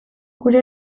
gure